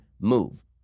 move